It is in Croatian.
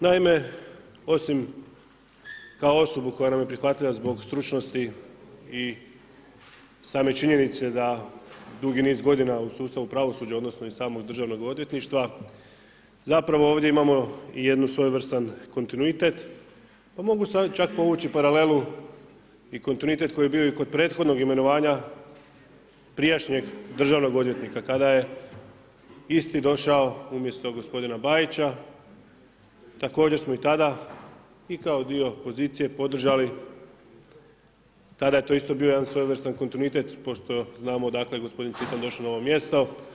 Naime, osim kao osobu koja nam je prihvatljiva zbog stručnosti i same činjenice da dugi niz godina u sustavu pravosuđa odnosno i samog državnog odvjetništva zapravo ovdje imamo i jedan svojevrstan kontinuitet, pa mogu čak povući paralelu i kontinuitet koji je bio i kod prethodnog imenovanja prijašnjeg državnog odvjetnika, kada je isti došao umjesto gospodina Bajića, također smo i tada i kao dio pozicije podržali tada je to isto bio jedan svojevrstan kontinuitet pošto znamo odakle je gospodin Cvitan došao na ovo mjesto.